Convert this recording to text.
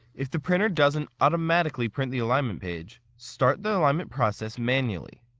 if the printer doesn't automatically print the alignment page, start the alignment process manually.